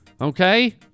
Okay